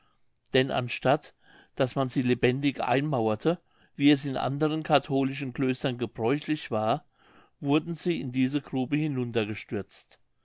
denn anstatt daß man sie lebendig einmauerte wie es in anderen katholischen klöstern gebräuchlich war wurden sie in diese grube